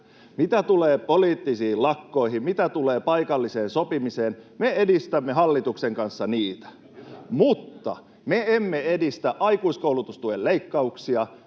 Mitä tulee poliittisiin lakkoihin, mitä tulee paikalliseen sopimiseen, me edistämme hallituksen kanssa niitä, mutta me emme edistä aikuiskoulutustuen leikkauksia,